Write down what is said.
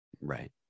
Right